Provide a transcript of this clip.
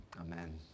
Amen